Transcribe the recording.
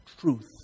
truth